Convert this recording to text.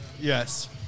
Yes